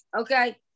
Okay